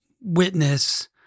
witness